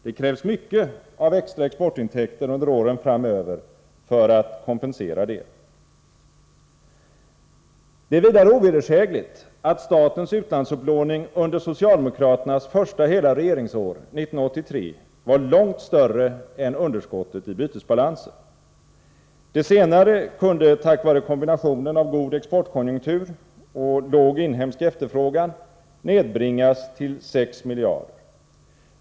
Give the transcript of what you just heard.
Det krävs mycket av extra exportintäkter under åren framöver för att kompensera det! Det är vidare ovedersägligt att statens utlandsupplåning under socialdemokraternas första hela regeringsår, 1983, var långt större än underskottet i bytesbalansen. Det senare kunde tack vare kombinationen av god exportkonjunktur och låg inhemsk efterfrågan nedbringas till 6 miljarder.